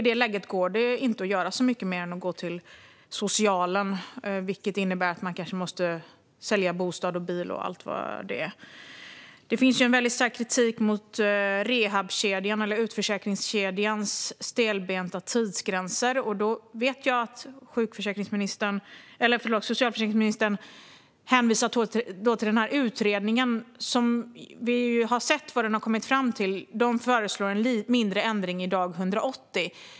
I det läget går det inte att göra så mycket mer än att gå till socialen, vilket innebär att de kanske måste sälja bostad och bil och allt vad det är. Det finns en stark kritik mot rehabkedjans eller utförsäkringskedjans stelbenta tidsgränser. Jag vet att socialförsäkringsministern hänvisar till den utredning som vi har sett vad den har kommit fram till. De föreslår en mindre ändring när det gäller dag 180.